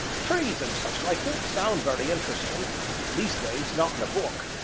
trees and suchlike don't sound very interestin' leastways not in a book,